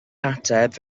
ateb